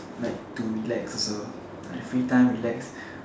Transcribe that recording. like to relax also like free time relax